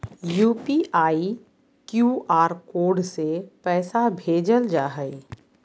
UPI, QR code से पैसा भेजल जा हइ